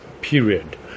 Period